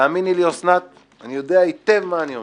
והאמיני לי, אוסנת, אני יודע היטב מה אני אומר.